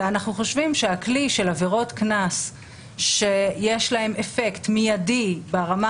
ואנחנו חושבים שהכלי של עבירות קנס שיש להן אפקט מידי ברמה